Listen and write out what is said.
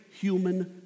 human